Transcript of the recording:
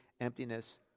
emptiness